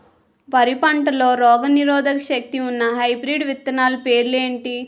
వరి పంటలో రోగనిరోదక శక్తి ఉన్న హైబ్రిడ్ విత్తనాలు పేర్లు ఏంటి?